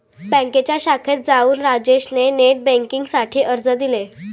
बँकेच्या शाखेत जाऊन राजेश ने नेट बेन्किंग साठी अर्ज दिले